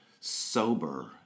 sober